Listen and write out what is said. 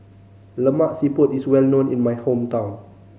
Lemak Siput is well known in my hometown